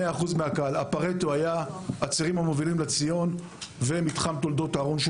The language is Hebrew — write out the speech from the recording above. האפרטו היה הצירים המובילים לציון ומתחם תולדות אהרון,